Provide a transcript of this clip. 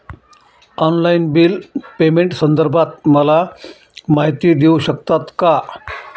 Online bill पेमेंटसंदर्भात मला माहिती देऊ शकतात का?